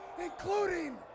including